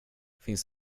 finns